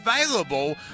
available